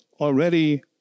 already